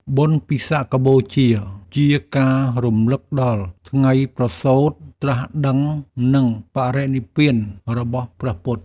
បុណ្យពិសាខបូជា ជាការរំលឹកដល់ថ្ងៃប្រសូត្រ ត្រាស់ដឹង និងបរិនិព្វានរបស់ព្រះពុទ្ធ។